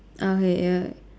okay ya